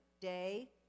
day